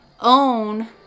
own